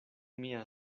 mia